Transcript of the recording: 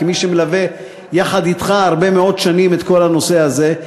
כמי שמלווה יחד אתך הרבה מאוד שנים את כל הנושא הזה,